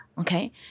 Okay